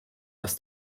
dass